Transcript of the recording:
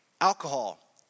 Alcohol